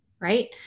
right